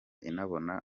inabona